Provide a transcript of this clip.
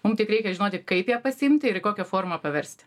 mum tik reikia žinoti kaip ją pasiimti ir į kokią formą paversti